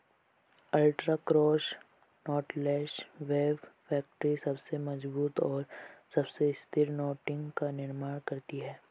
ultra cross knotless web factory सबसे मजबूत और सबसे स्थिर नेटिंग का निर्माण करती है